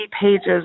pages